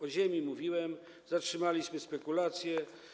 O ziemi mówiłem, zatrzymaliśmy spekulację.